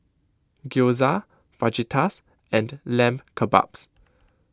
Gyoza Fajitas and Lamb Kebabs